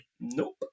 Nope